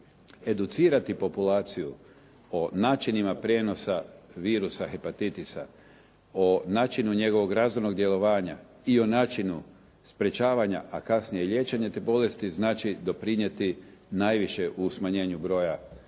Educirati populaciju o načinima prijenosa virusa hepatitisa, o načinu njegovog razornog djelovanja i o načinu sprječavanja, a kasnije i liječenje te bolesti znači doprinijeti najviše u smanjenju broja novo